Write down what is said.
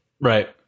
right